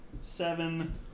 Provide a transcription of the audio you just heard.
Seven